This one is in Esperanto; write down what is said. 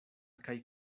kaj